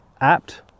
apt